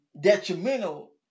detrimental